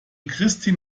christin